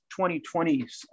2020s